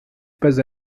pas